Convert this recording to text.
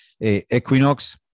equinox